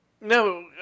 No